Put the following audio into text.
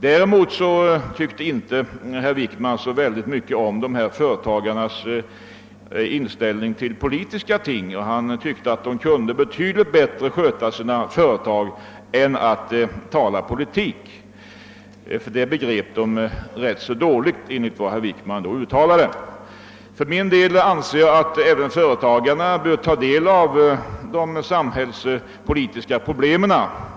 Däremot tyckte inte herr Wickman om företagarnas inställning till politis ka ting. Han tyckte att de kunde sköta sina företag betydligt bättre än de kunde tala politik. Politik begrep de ganska dåligt, enligt vad herr Wickman uttalade. För min del anser jag att även företagarna bör ta del av samhällspolitiska problem.